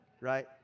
right